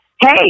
Hey